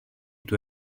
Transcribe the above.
του